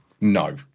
No